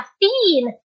caffeine